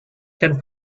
can